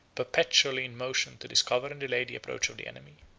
perpetually in motion to discover and delay the approach of the enemy.